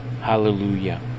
Hallelujah